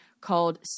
called